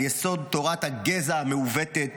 על יסוד תורת הגזע המעוותת,